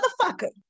motherfucker